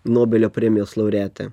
nobelio premijos laureatė